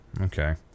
Okay